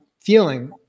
feeling